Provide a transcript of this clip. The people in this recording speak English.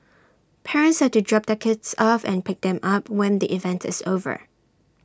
parents are to drop their kids off and pick them up when the event is over